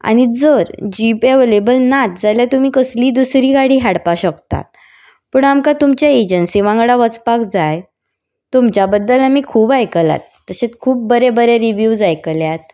आनी जर jeep available नाच्च जाल्यार तुमी कसलीय दुसरी गाडी हाडपा शकतात पूण आमकां तुमच्या एजन्सी वांगडा वचपाक जाय तुमच्या बद्दल आमी खूब आयकलां तशेंच खूब बरे बरे रिव्यूज आयकल्यात